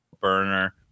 burner